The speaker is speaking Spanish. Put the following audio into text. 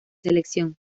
selección